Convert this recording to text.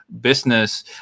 business